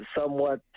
somewhat